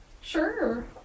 Sure